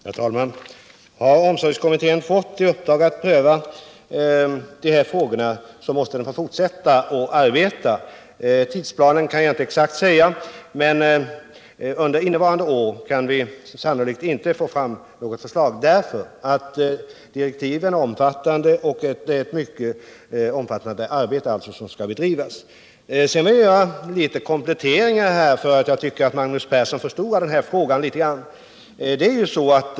Herr talman! Har omsorgskommittén fått i uppdrag att pröva denna fråga, måste den få fortsätta att arbeta. Tidsplanen kan jag inte exakt ange, men under innevarande år kan vi sannolikt inte få fram något förslag. Direktiven är omfattande; det är alltså ett mycket omfattande arbete som kommittén skall utföra. Jag vill sedan göra en komplettering av svaret — jag tycker att Magnus Persson förstorar den här frågan.